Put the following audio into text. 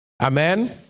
Amen